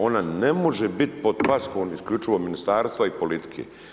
Ona ne može biti pod paskom isključivo Ministarstva i politike.